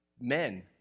men